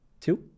two